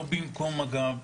לא במקום מג"ב,